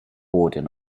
warden